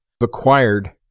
acquired